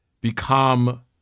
become